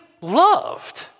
loved